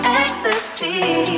ecstasy